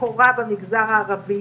שמקורה במגזר הערבי.